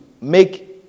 make